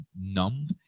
numb